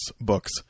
books